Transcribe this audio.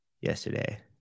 yesterday